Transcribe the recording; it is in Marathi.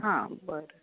हां बरं